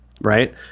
right